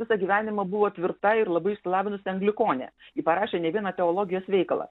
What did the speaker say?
visą gyvenimą buvo tvirta ir labai išsilavinusi anglikonė ji parašė ne vieną teologijos veikalą